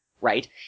right